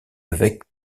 avec